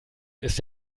ist